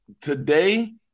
today